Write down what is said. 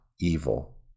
evil